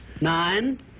nine